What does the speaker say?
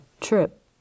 trip